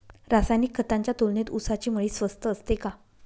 रासायनिक खतांच्या तुलनेत ऊसाची मळी स्वस्त असते का?